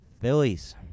Phillies